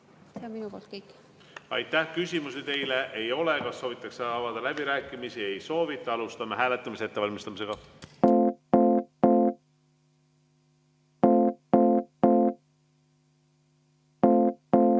Aitäh! Küsimusi teile ei ole. Kas soovitakse avada läbirääkimisi? Ei soovita. Alustame hääletamise ettevalmistamist.